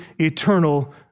eternal